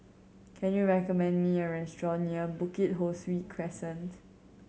can you recommend me a restaurant near Bukit Ho Swee Crescent